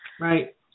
right